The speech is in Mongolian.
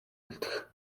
үлдэх